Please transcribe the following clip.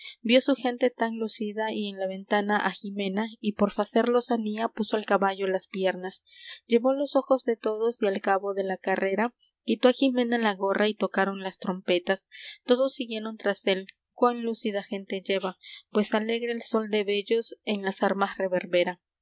su gente tan lucida y en la ventana á jimena y por facer lozanía puso al caballo las piernas llevó los ojos de todos y al cabo de la carrera quitó á jimena la gorra y tocaron las trompetas todos siguieron tras él cuán lucida gente lleva pues alegre el sol de vellos en las armas reverbera